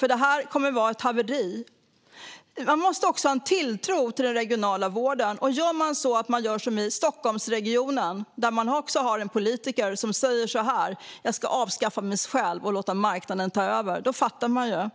Det kommer att vara ett haveri. Man måste också ha en tilltro till den regionala vården. I Stockholmsregionen har man en politiker som säger: Jag ska avskaffa mig själv och låta marknaden ta över. Då fattar man.